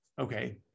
okay